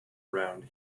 around